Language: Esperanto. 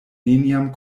neniam